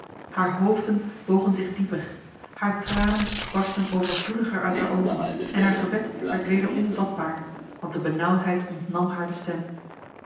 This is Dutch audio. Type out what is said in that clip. haar hoofden bogen zich dieper haar tranen barstten overvloediger uit haar ogen en haar gebed werd weder onvatbaar want de benauwdheid ontnam haar de stem